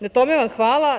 Na tome vam hvala.